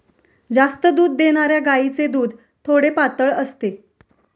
जास्त दूध देणाऱ्या गायीचे दूध थोडे पातळ असते